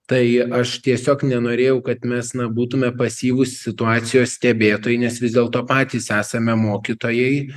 tai aš tiesiog nenorėjau kad mes na būtume pasyvūs situacijos stebėtojai nes vis dėlto patys esame mokytojai